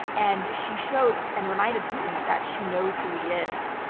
and she showed and reminded putin that she knows who he is,